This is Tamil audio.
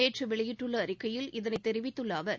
நேற்று வெளியிட்டுள்ள அறிக்கையில் இதனை தெரிவித்துள்ள அவர்